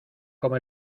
como